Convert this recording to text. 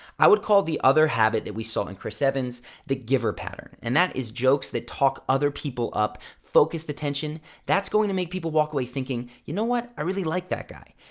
i would call the other habit that we saw in chris evans the giver pattern, and that is jokes that talk people up, focused attention. that's going to make people walk away thinking, you know, what? i really like that guy.